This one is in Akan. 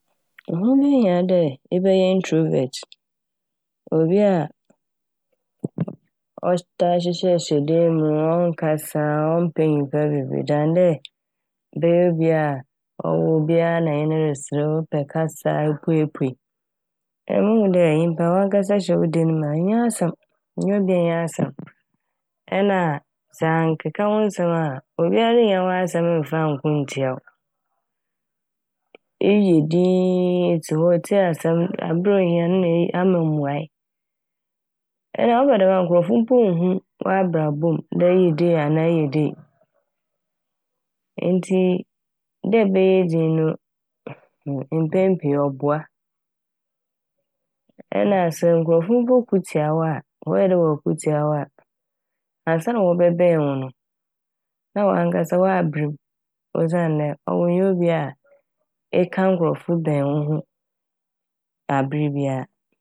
Ho behia dɛ ebɛyɛ "introvert" obia ɔtaa hyehyɛhyehyɛ dae mu a ɔnnkasa a, ɔmmpɛ nyimpa bebree "than" dɛ bɛyɛ obi a ɔwo obia na ɛnye no reserew, epɛ kasa a epueipuei. Emi muhu dɛ nyimpa wankasa ehyɛ wo dan mu a innya asɛm, nnye obi nnya asɛm. Nna a sɛ annkeka wo nsɛm a obiara nnya wo ho asɛm mmfa nnko nntsia wo. Eyɛ dinn etse hɔ etsie asɛm aber a ohia n' na eyi - ama mbuae. Nna ɔba ne dɛm a nkorɔfo mpo nnhu w'abrabɔ mu dɛ eyɛ dei anaa eyɛ dei. Ntsi dɛ ɛbɛyɛ dzinn no mpɛn pii ɔboa. Ɛna sɛ nkorɔfo mpo ko tsia wo a wɔyɛ dɛ wɔko tsia wo a ansaana wɔbɛben wo no na hɔn ankasa wɔaber m' osiandɛ ɔwo nnyɛ obi a eka nkorɔfo bɛn wo ho aber bia.